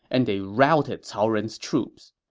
and they routed cao ren's troops.